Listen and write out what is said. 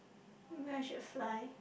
ya I should fly